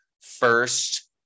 first